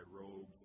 robes